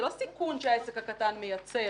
זה לא סיכון שהעסק הקטן מייצר.